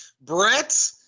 Brett